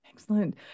Excellent